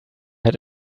had